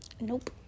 nope